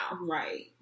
Right